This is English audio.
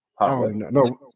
no